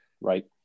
right